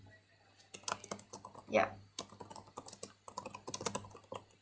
yup